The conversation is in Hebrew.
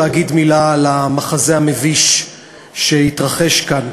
להגיד מילה על המחזה המביש שהתרחש כאן.